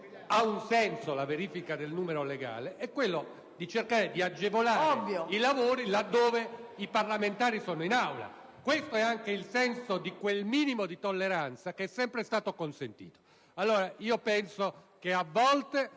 parte, se la verifica del numero legale ha un senso, è quello di cercare di agevolare i lavori laddove i parlamentari sono in Aula. Questo è anche il senso di quel minimo di tolleranza che è sempre stato consentito. A volte la tolleranza